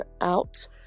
out